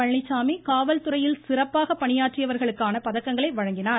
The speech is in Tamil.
பழனிச்சாமி காவல்துறையில் சிறப்பாக பணியாற்றியவர்களுக்கான பதக்கங்களை வழங்கினார்